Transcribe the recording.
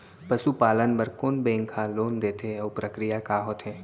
पसु पालन बर कोन बैंक ह लोन देथे अऊ प्रक्रिया का होथे?